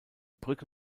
brücke